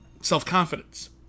self-confidence